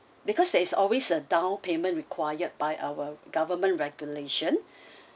because there is always a down payment required by our government regulation